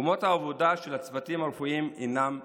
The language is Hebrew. מקומות העבודה של הצוותים הרפואיים אינם בטוחים.